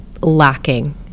lacking